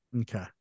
okay